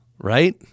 right